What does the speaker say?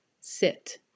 sit